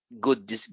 good